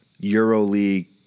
EuroLeague